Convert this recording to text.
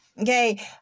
okay